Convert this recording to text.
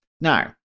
Now